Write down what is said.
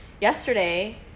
yesterday